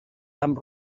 amb